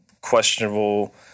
questionable